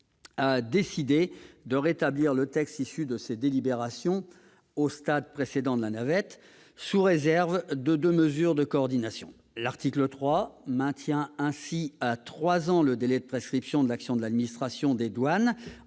décidé de rétablir le texte issu de ses délibérations au stade précédent de la navette, sous réserve de deux mesures de coordination. Ainsi, l'article 3 maintient à trois ans le délai de prescription de l'action de l'administration des douanes